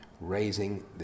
raising